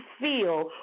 feel